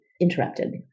interrupted